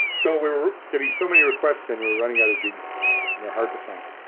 so we're getting so many requests and we're running out of geniuses and they're hard to find.